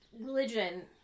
religion